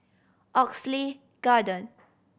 Oxley Garden